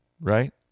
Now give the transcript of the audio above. right